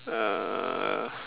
uh